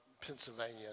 Pennsylvania